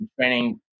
training